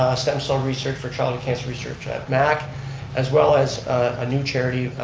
stem cell research for childhood cancer research at mac as well as a new charity,